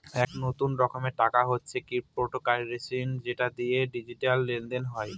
এক নতুন রকমের টাকা হচ্ছে ক্রিপ্টোকারেন্সি যেটা দিয়ে ডিজিটাল লেনদেন হয়